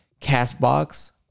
Castbox